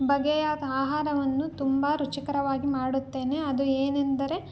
ಬಗೆಯ ಆಹಾರವನ್ನು ತುಂಬ ರುಚಿಕರವಾಗಿ ಮಾಡುತ್ತೇನೆ ಅದು ಏನೆಂದರೆ